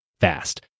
fast